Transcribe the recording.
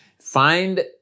Find